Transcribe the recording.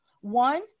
One